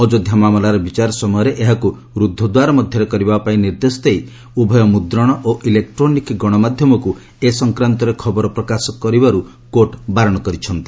ଅଯୋଧ୍ୟା ମାମଲାର ବିଚାର ସମୟରେ ଏହାକୁ ରୁଦ୍ଧଦ୍ୱାର ମଧ୍ୟରେ କରିବା ପାଇଁ ନିର୍ଦ୍ଦେଶ ଦେଇ ଉଭୟ ମୁଦ୍ରଣ ଓ ଇଲେକ୍ରୋନିକ ଗଣମାଧ୍ୟମକୁ ଏ ସଂକ୍ରାନ୍ତରେ ଖବର ପ୍ରକାଶ କରିବାରୁ କୋର୍ଟ ବାରଣ କରିଛନ୍ତି